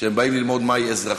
כשהם באים ללמוד מהי אזרחות.